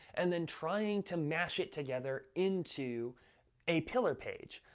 and then trying to mash it together into a pillar page.